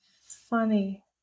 Funny